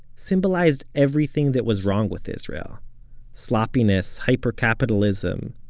symbolized everything that was wrong with israel sloppiness, hyper-capitalism,